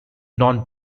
non